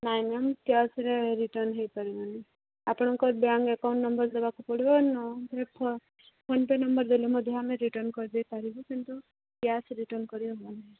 ନାଇଁ ମ୍ୟାମ୍ କ୍ୟାସ୍ରେ ରିଟର୍ଣ୍ଣ ହେଇ ପାରିବନି ଆପଣଙ୍କ ବ୍ୟାଙ୍କ୍ ଆକାଉଣ୍ଟ୍ ନମ୍ବର୍ ଦେବାକୁ ପଡ଼ିବ ନହେଲେ ଫୋ ଫୋନ୍ପେ ନମ୍ବର୍ ଦେଲେ ମଧ୍ୟ ଆମେ ରିଟର୍ଣ୍ଣ କରି ଦେଇ ପାରିବୁ କିନ୍ତୁ କ୍ୟାସ୍ ରିଟର୍ଣ୍ଣ କରି ହେବ ନାହିଁ